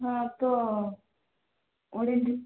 ହଁ ତ ଓଡ଼ିଶୀ